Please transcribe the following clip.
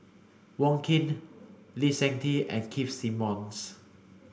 Wong Keen Lee Seng Tee and Keith Simmons